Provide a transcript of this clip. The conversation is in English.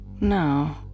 No